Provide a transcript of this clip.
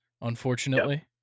unfortunately